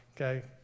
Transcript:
okay